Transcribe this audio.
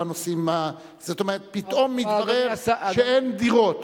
פתאום מתברר שאין דירות.